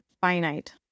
finite